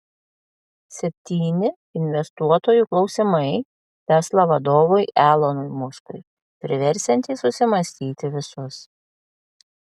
septyni investuotojų klausimai tesla vadovui elonui muskui priversiantys susimąstyti visus